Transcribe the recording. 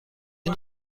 این